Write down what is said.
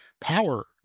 power